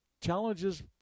challenges